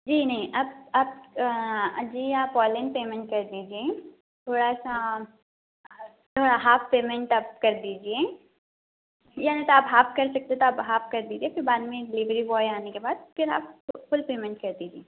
جی نہیں اپ آپ جی آپ آنلائن پیمنٹ کر دیجیے تھوڑا سا ہاف پیمنٹ آپ کر دیجیے یا نہیں تو آپ ہاف کر سکتے ہیں تو ہاف کر دیجیے پھر بعد میں ڈیلیوری بوائے آنے کے بعد پھر آپ فل پیمنٹ کر دیجیے